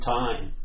time